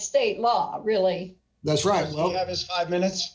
state law really that's right low that is five minutes